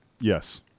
Yes